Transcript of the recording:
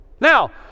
Now